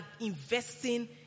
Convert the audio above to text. investing